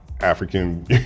African